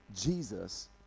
Jesus